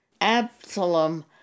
Absalom